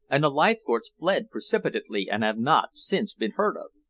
and the leithcourts fled precipitately and have not since been heard of. ah,